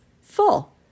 full